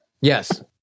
Yes